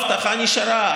האבטחה נשארה.